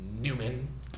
Newman